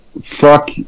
Fuck